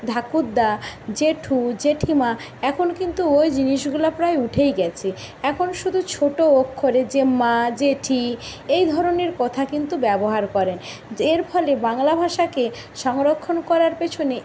ঠাকুরদা জেঠু জেঠিমা এখন কিন্তু ওই জিনিসগুলো প্রায় উঠেই গিয়েছে এখন শুধু ছোট অক্ষরে যে মা জেঠি এই ধরনের কথা কিন্তু ব্যবহার করেন এর ফলে বাংলা ভাষাকে সংরক্ষণ করার পিছনে